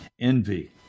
envy